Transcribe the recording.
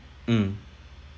um